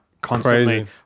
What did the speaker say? constantly